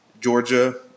Georgia